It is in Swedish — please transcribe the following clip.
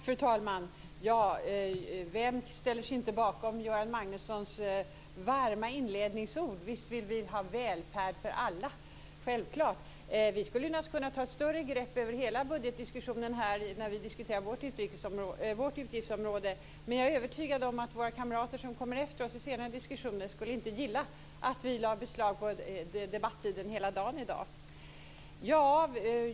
Fru talman! Vem ställer sig inte bakom Göran Magnussons varma inledningsord? Visst vill vi ha välfärd för alla - självklart! Vi skulle naturligtvis kunna ta ett större grepp över hela budgetdiskussionen här när vi diskuterar vårt utgiftsområde, men jag är övertygad om att våra kamrater som kommer efter oss i senare diskussioner inte skulle gilla att vi lade beslag på debattiden hela dagen i dag.